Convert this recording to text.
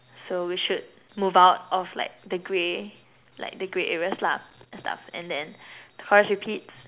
so we should move out of like the grey like the grey areas lah and stuff and then the chorus repeats